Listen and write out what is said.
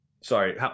Sorry